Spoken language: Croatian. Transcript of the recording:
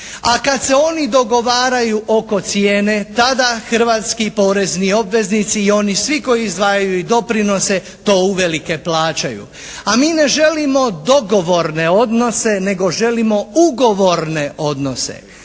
a kad se oni dogovaraju oko cijeni tada hrvatski porezni obveznici i oni svi koji izdvajaju i doprinose to uvelike plaćaju, a mi ne želimo dogovorne odnose, nego želimo ugovorne odnose.